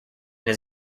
his